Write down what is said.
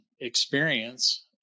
experience